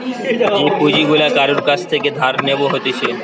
যে পুঁজি গুলা কারুর কাছ থেকে ধার নেব হতিছে